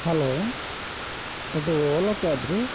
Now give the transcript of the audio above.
hello ಇದು Ola cab ರೀ